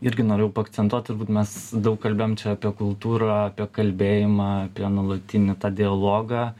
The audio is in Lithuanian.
irgi norėjau paakcentuot turbūt mes daug kalbėjom čia apie kultūrą apie kalbėjimą apie nuolatinį tą dialogą